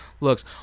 looks